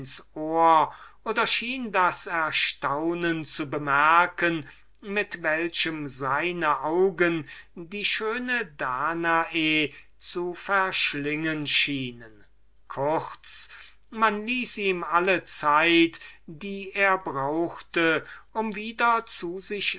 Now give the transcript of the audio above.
ohr oder schien das erstaunen zu bemerken mit der seine augen die schöne danae zu verschlingen schienen kurz man ließ ihm alle zeit die er brauchte um wieder zu sich